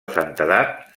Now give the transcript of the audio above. santedat